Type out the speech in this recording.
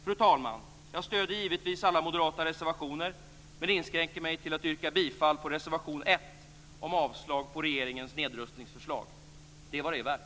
Fru talman! Jag stöder givetvis alla moderata reservationer men inskränker mig till att yrka bifall till reservation 1 om avslag på regeringens nedrustningsförslag. Det är vad det är värt.